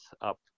up